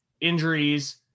injuries